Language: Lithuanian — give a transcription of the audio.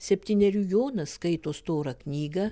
septynerių jonas skaito storą knygą